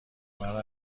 مرا